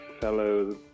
fellow